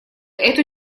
эту